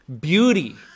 Beauty